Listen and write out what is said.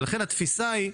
ולכן הקונספציה היא: